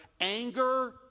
Anger